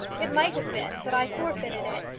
it might have been, but i forfeited it.